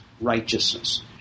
righteousness